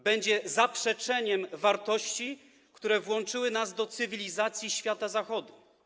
Będzie zaprzeczeniem wartości, które włączyły nas do cywilizacji świata Zachodu.